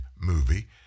movie